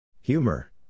Humor